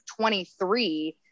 23